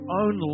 own